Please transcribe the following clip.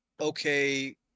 okay